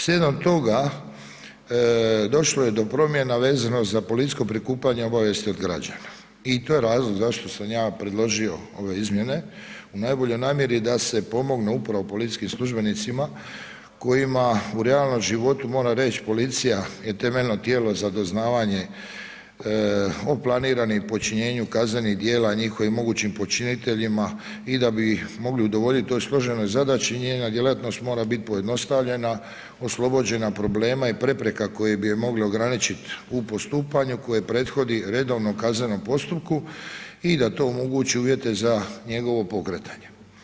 Slijedom toga, došlo je do promjena vezano za policijsko prikupljanje obavijesti od građana i to je razlog zašto sam ja predložio ove izmjene u najboljoj namjeri da se pomogne upravo policijskim službenicima kojima u realnom životu moram reći, policija je temeljno tijelo za doznavanje o planiranim počinjenju kaznenih djela, njihovim mogućim počiniteljima, i da bi mogli udovoljiti toj složenoj zadaći, njena djelatnost mora biti pojednostavljena, oslobođena problema i prepreka koje bi je mogle ograničiti u postupanju koje prethodi redovnom kaznenom postupku i da to omogući uvjete za njegovo pokretanje.